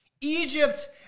Egypt